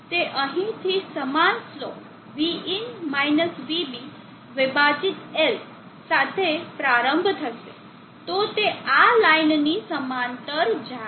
તે અહીંથી સમાન સ્લોપ vin માઈનસ vB વિભાજિત L સાથે પ્રારંભ થશે તો તે આ લાઇનની સમાંતર જાય